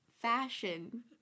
fashion